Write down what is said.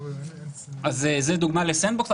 זה דוגמה ל-Sand box.